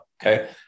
Okay